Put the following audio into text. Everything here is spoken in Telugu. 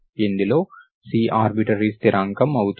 ఇందులో C ఆర్బిటరీ స్థిరాంకం అవుతుంది